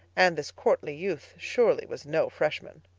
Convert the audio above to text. and this courtly youth surely was no freshman.